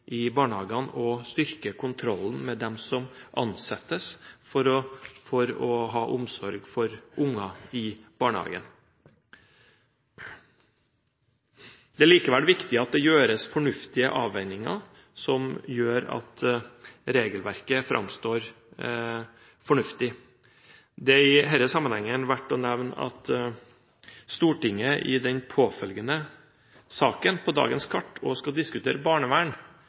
barnehagene, og som styrker kontrollen med dem som ansettes for å ha omsorg for unger i barnehagen. Det er likevel viktig at det gjøres fornuftige avveininger, slik at regelverket framstår fornuftig. Det er i denne sammenhengen verdt å nevne at Stortinget også i den påfølgende saken på dagens kart skal diskutere barnevern,